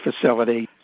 facility